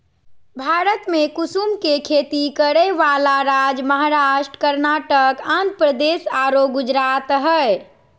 भारत में कुसुम के खेती करै वाला राज्य महाराष्ट्र, कर्नाटक, आँध्रप्रदेश आरो गुजरात हई